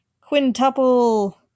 quintuple